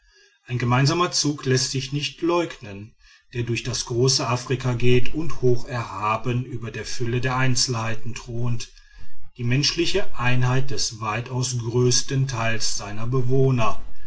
ein gemeinsamer zug läßt sich nicht leugnen der durch das große afrika geht und hoch erhaben über der fülle der einzelheiten thront die menschliche einheit des weitaus größten teils seiner bewohner